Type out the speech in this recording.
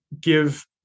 give